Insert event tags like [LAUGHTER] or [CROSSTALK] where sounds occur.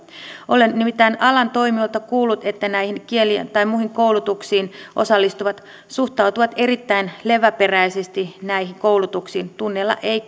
olen nimittäin alan toimijoilta kuullut että näihin kieli tai muihin koulutuksiin osallistuvat suhtautuvat erittäin leväperäisesti näihin koulutuksiin tunneilla ei [UNINTELLIGIBLE]